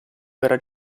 verrà